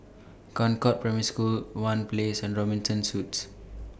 Concord Primary School one Place and Robinson Suites